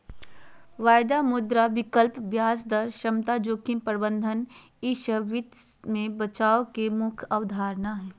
वायदा, मुद्रा विकल्प, ब्याज दर समता, जोखिम प्रबंधन ई सब वित्त मे बचाव के मुख्य अवधारणा हय